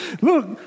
Look